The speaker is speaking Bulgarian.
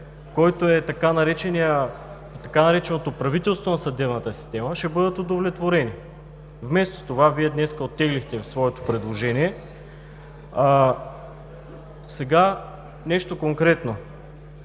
който е така нареченото „правителство на съдебната система“, ще бъдат удовлетворени. Вместо това Вие днес оттеглихте своето предложение. Сега нещо конкретно.